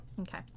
okay